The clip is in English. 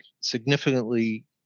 significantly